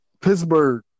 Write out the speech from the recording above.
Pittsburgh